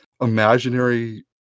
imaginary